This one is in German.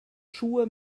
schuhe